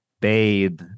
bathe